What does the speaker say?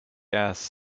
ass